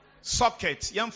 Socket